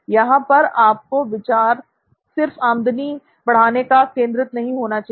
यहां पर आपका विचार सिर्फ आमदनी बढ़ाने पर केंद्रित होना चाहिए